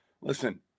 listen